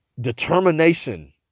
determination